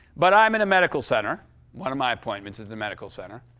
but i'm in a medical center one of my appointments is the medical center.